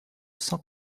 cent